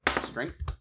Strength